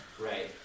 Right